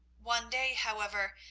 one day, however,